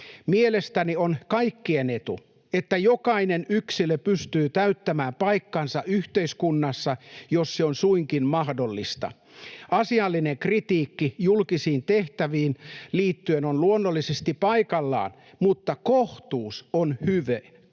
Mielestäni on kaikkien etu, että jokainen yksilö pystyy täyttämään paikkansa yhteiskunnassa, jos se on suinkin mahdollista. Asiallinen kritiikki julkisiin tehtäviin liittyen on luonnollisesti paikallaan, mutta kohtuus on hyve